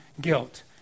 guilt